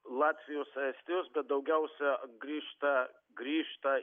latvijos estijos bet daugiausia grįžta grįžta